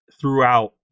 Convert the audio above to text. throughout